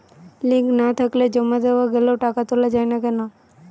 Link না থাকলে জমা দেওয়া গেলেও টাকা তোলা য়ায় না কেন?